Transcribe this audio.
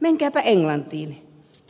menkääpä englantiin